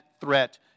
threat